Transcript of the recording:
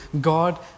God